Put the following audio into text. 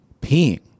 peeing